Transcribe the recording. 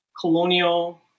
colonial